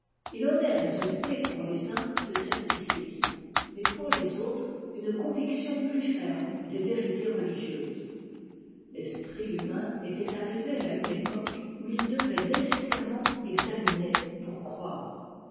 i en est résulté pour les uns le scepticisme mais pour les autres une conviction plus ferme des vérités religieuses l'esprit humain était arrivé à une époque où il devait nécessairement examiner pour croire